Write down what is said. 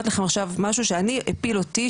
שאני הפיל אותי,